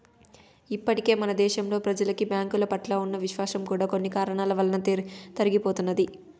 ఇప్పటికే మన దేశంలో ప్రెజలకి బ్యాంకుల పట్ల ఉన్న విశ్వాసం కూడా కొన్ని కారణాల వలన తరిగిపోతున్నది